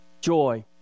joy